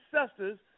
ancestors